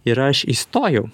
ir aš įstojau